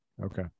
okay